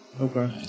Okay